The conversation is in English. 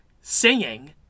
singing